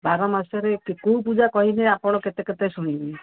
ବାର ମାସରେ କେଉଁ ପୂଜା କହିବି ଆପଣ କେତେ କେତେ ଶୁଣିବେ